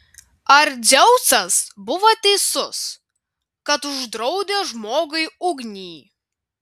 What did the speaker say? ar dzeusas buvo teisus kad uždraudė žmogui ugnį